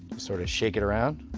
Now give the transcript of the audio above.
sort of shake it around,